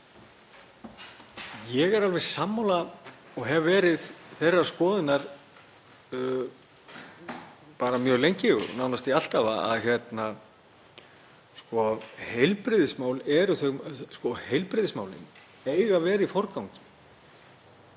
Ég er alveg sammála og hef verið þeirrar skoðunar mjög lengi og nánast alltaf að heilbrigðismálin eiga að vera í forgangi